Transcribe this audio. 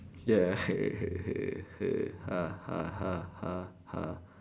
ya